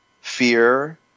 fear